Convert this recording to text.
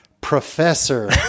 professor